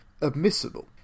admissible